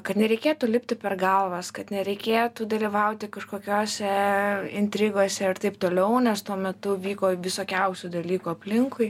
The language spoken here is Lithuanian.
kad nereikėtų lipti per galvas kad nereikėtų dalyvauti kažkokiose intrigose ir taip toliau nes tuo metu vyko visokiausių dalykų aplinkui